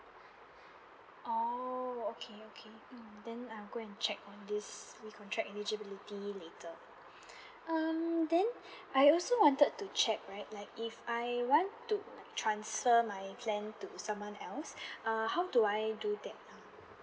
orh okay okay hmm then I'll go and check on this recontract eligibility later um then I also wanted to check right like if I want to transfer my plan to someone else uh how do I I do that ah